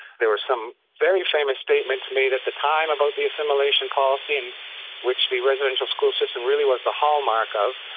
there were some very famous statements made at the time about the assimilation policy, and which the residential school system really was the hallmark of.